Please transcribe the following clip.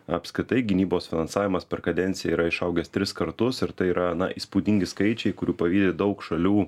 apskritai gynybos finansavimas per kadenciją yra išaugęs tris kartus ir tai yra na įspūdingi skaičiai kurių pavydi daug šalių